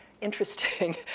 interesting